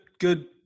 good